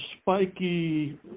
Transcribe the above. spiky